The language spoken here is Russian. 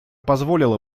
позволило